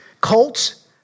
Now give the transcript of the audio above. cults